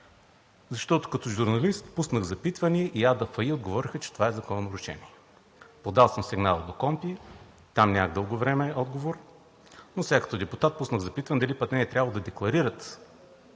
защото като журналист пуснах запитване до АДФИ и ми отговориха, че това е закононарушение. Подал съм сигнал до КОНПИ, но от тях нямах дълго време отговор. Сега като депутат пуснах запитване дали пък не е трябвало да декларират